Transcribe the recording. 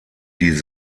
die